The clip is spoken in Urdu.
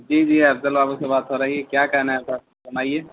جی جی افضل بابو سے بات ہو رہی ہے کیا کہنا ہے صاحب آئیے